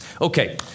okay